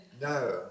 No